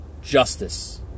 justice